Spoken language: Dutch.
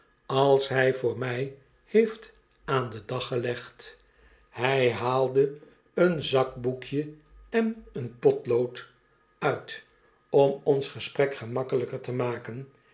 als hij voor mij heeft aan den da gelegd hij haalde een zakboekje en eenpotlooduit om ons gesprek gemakkelijker te maken